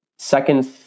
second